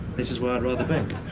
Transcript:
this is where i'd rather be